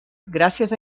gràcies